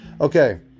Okay